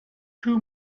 two